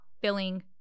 filling